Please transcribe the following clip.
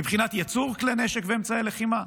מבחינת ייצור כלי נשק ואמצעי לחימה?